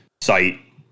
site